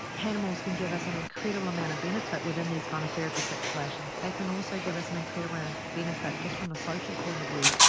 animals can give us an incredible amount of benefit within these kind of therapy situations. they can also give us an incredible ah benefit just from a social point of view,